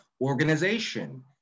organization